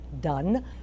done